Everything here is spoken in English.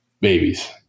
babies